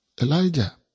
Elijah